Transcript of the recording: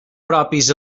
propis